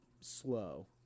slow